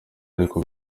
ariko